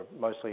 mostly